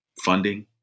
funding